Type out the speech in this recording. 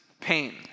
pain